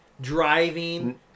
driving